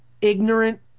ignorant